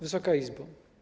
Wysoka Izbo!